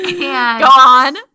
Gone